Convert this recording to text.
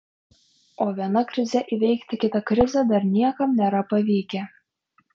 o viena krize įveikti kitą krizę dar niekam nėra pavykę